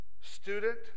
student